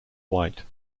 white